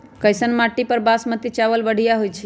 कैसन माटी पर बासमती चावल बढ़िया होई छई?